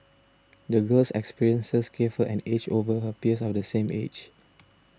the girl's experiences gave her an edge over her peers of the same age